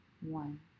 one